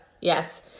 Yes